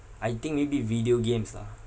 I think maybe video games lah